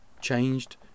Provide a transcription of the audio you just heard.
changed